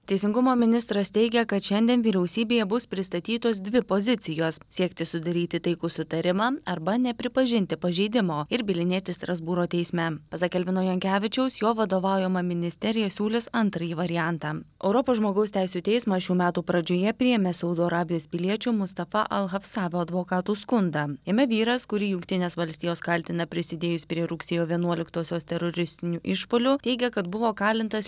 teisingumo ministras teigia kad šiandien vyriausybėje bus pristatytos dvi pozicijos siekti sudaryti taikų susitarimą arba nepripažinti pažeidimo ir bylinėtis strasbūro teisme pasak elvino jankevičiaus jo vadovaujama ministerija siūlys antrąjį variantą europos žmogaus teisių teismas šių metų pradžioje priėmė saudo arabijos piliečio mustafa alhafsavo advokatų skundą jame vyras kurį jungtinės valstijos kaltina prisidėjus prie rugsėjo vienuoliktosios teroristinių išpuolių teigia kad buvo kalintas